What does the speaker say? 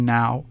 now